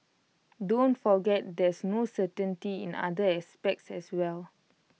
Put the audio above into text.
don't forget there's no certainty in other aspects as well